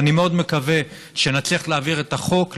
אז אני מאוד מקווה שנצליח להעביר את החוק,